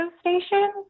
station